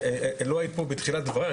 לא היית פה בתחילת דבריי,